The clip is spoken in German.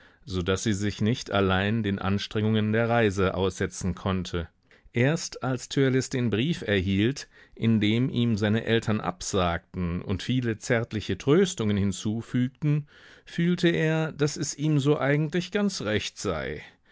so daß sie sich nicht allein den anstrengungen der reise aussetzen konnte erst als törleß den brief erhielt in dem ihm seine eltern absagten und viele zärtliche tröstungen hinzufügten fühlte er daß es ihm so eigentlich ganz recht sei